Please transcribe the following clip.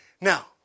Now